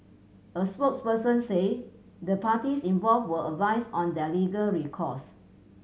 a spokesperson say the parties involved were advised on their legal recourse